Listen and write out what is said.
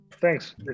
Thanks